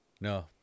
no